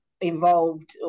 involved